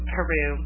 Peru